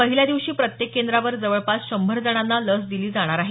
पहिल्या दिवशी प्रत्येक केंद्रावर जवळपास शंभर जणांना लस दिली जाणार आहे